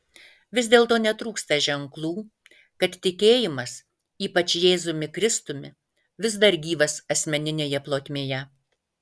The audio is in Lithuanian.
vis dėlto netrūksta ženklų kad tikėjimas ypač jėzumi kristumi vis dar gyvas asmeninėje plotmėje